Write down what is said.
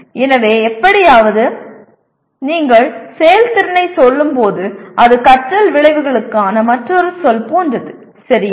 எனவே எப்படியாவது நீங்கள் செயல்திறனைச் சொல்லும்போது அது கற்றல் விளைவுகளுக்கான மற்றொரு சொல் போன்றது சரியா